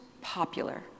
popular